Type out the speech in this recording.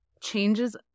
Changes